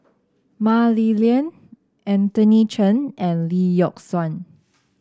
Mah Li Lian Anthony Chen and Lee Yock Suan